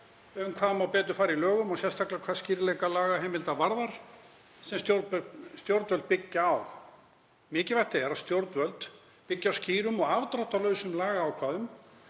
um hvað má betur fara í lögunum og sérstaklega hvað varðar skýrleika lagaheimilda sem stjórnvöld byggja á. Mikilvægt er að stjórnvöld byggi á skýrum og afdráttarlausum lagaákvæðum